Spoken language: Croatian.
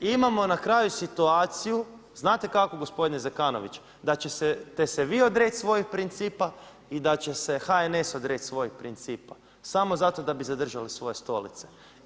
U Vladi imamo na kraju situaciju, znate kakvu gospodine Zekanović, da ćete se vi odreći svojeg principa i da će se HNS odreć svog principa samo zato da bi zadržali svoje stolice.